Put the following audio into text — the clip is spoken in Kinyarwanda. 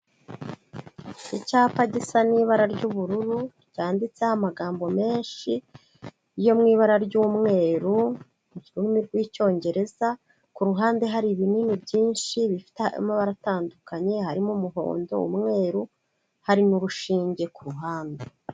Icyapa gisa n'ibara ry'ubururu, cyanditseho amagambo menshi yo mu ibara ry'umweru mu rurimi rw'Icyongereza, ku ruhande hari ibinini byinshi bifite amabara atandukanye, harimo umuhondo, umweru, hari n'urushinge ku ruhande.